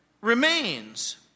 remains